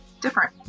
different